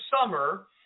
summer